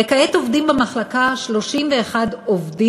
וכעת עובדים במחלקה 31 עובדים,